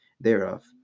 thereof